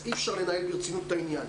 אז אי-אפשר לנהל ברצינות את העניין.